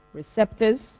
receptors